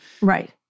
Right